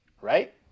right